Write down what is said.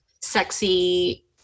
sexy